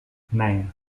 nine